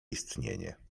istnienie